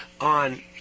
on